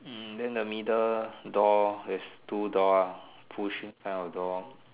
hmm then the middle door is two door ah pushing kind of door